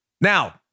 Now